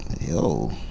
Yo